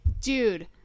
dude